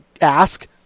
ask